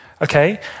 okay